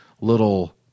little